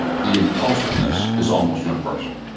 the impulsiveness is almost universal.